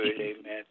amen